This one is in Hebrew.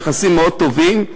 היינו ביחסים מאוד טובים,